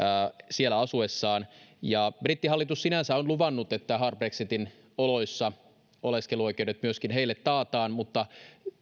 siellä asuessaan brittihallitus sinänsä on luvannut että hard brexitin oloissa oleskeluoikeudet myöskin heille taataan mutta